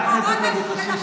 חברת הכנסת אבקסיס,